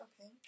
Okay